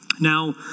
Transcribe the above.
Now